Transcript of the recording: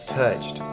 touched